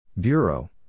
Bureau